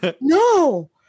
No